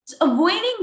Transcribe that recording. Avoiding